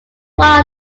one